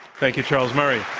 thank you, charles murray.